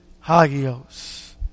hagios